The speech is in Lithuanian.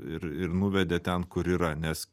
ir ir nuvedė ten kur yra nes